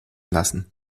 lassen